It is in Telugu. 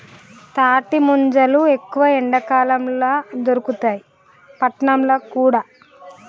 తాటి ముంజలు ఎక్కువ ఎండాకాలం ల దొరుకుతాయి పట్నంల కూడా